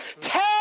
Tell